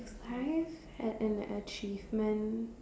surprised at an achievement